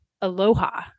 aloha